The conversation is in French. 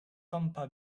tampa